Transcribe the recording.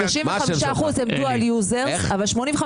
35 אחוזים משתמשים בשני הדברים אבל 85